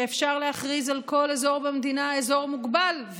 שאפשר להכריז על כל אזור במדינה אזור מוגבל,